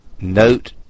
Note